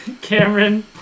Cameron